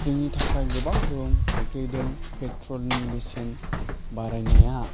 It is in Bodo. जोंनि थाखाय गोबां गोहोम खोख्लैदों पेट्रलनि बेसेन बारायनाया